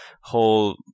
whole